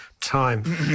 time